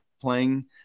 playing